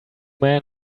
man